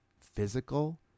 physical